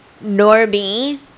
Norby